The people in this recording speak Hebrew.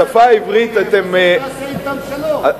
תעשה אתם שלום.